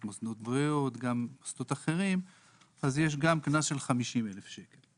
מוסדות בריאות וגם מוסדות אחרים - יש גם קנס בגובה 50,000 שקלים.